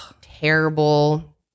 terrible